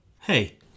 Hey